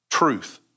Truth